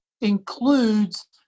includes